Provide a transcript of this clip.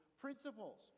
principles